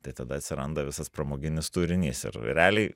tai tada atsiranda visas pramoginis turinys ir realiai